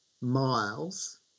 miles